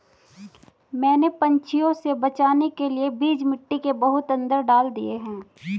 मैंने पंछियों से बचाने के लिए बीज मिट्टी के बहुत अंदर डाल दिए हैं